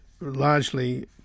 largely